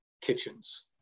kitchens